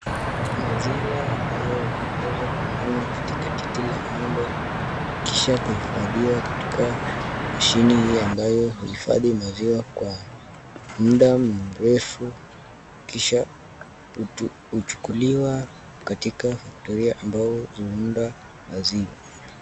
Maziwa hayo yamewezwa kunyonywa kwenye titi la ng'ombe kisha kuifathiwa katika mashini ambayo huifadhi maziwa kwa muda mrefu .kisha huchukuliwa katika faktoria zuumda maziwa.